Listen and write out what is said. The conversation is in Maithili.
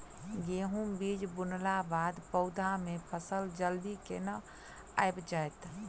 गेंहूँ बीज बुनला बाद पौधा मे फसल जल्दी केना आबि जाइत?